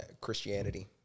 Christianity